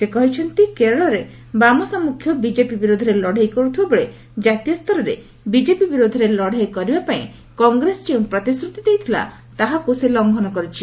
ସେ କହିଛନ୍ତି କେରଳରେ ବାମସାମ୍ମୁଖ୍ୟ ବିକେପି ବିରୋଧରେ ଲଢ଼େଇ କର୍ଥିବାବେଳେ ଜାତୀୟ ସ୍ତରରେ ବିଜେପି ବିରୋଧରେ ଲଢ଼େଇ କରିବାପାଇଁ କଂଗ୍ରେସ ଯେଉଁ ପ୍ରତିଶ୍ରତି ଦେଇଥିଲା ତାହାକୁ ସେ ଲଙ୍ଘନ କରିଛି